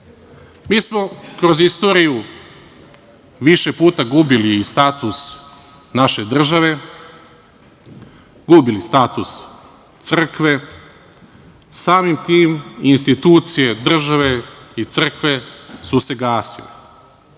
smo kroz istoriju više puta gubili status naše države, gubili status crkve, samim tim institucije države i crkve su se gasile,